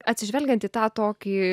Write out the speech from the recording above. atsižvelgiant į tą tokį